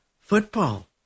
football